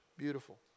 beautiful